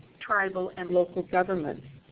tribal, and local governments,